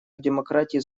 демократии